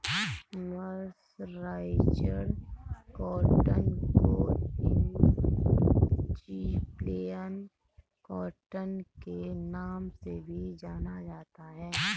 mercerised cotton को Egyptian cotton के नाम से भी जाना जाता है